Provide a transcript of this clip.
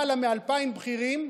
למעלה מ-2,000 בכירים,